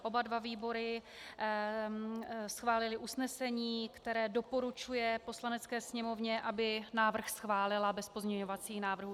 Oba dva výbory schválily usnesení, které doporučuje Poslanecké sněmovně, aby návrh schválila bez pozměňovacích návrhů.